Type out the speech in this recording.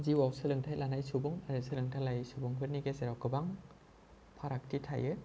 जिउआव सोलोंथाइ लानाय सुबुं आरो सोलोंथाइ लायै सुबुंफोरनि गेजेराव गोबां फारागथि थायो